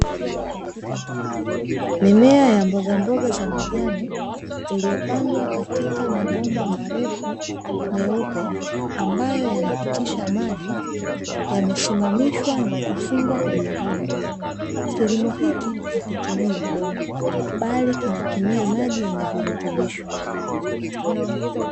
Mimea ya mboga mboga za majani iloyopandwa katika mabomba marefu, meupe ambayo yanapitisha maji yamesimamishwa na kufungwa kwenye vyombo, kilimo hiki akitumii udongo bali, kinatumia maji yenye virutubisho.